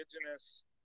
Indigenous